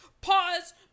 Pause